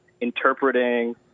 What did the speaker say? interpreting